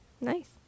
Nice